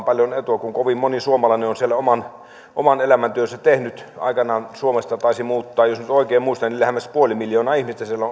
koska kovin moni suomalainen on siellä oman elämäntyönsä tehnyt aikanaan suomesta jos nyt oikein muistan lähemmäs puoli miljoonaa ihmistä siellä on ollut